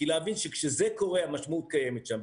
להבין שכשזה קורה המשמעות קיימת שם.